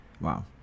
Wow